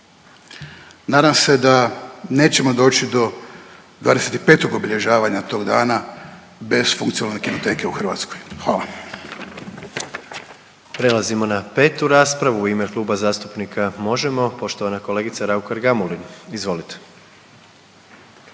Nadam se da nećemo doći do 25. obilježavanja tog dana bez funkcionalne Kinoteke u Hrvatskoj. Hvala.